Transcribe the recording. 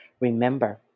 Remember